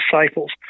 disciples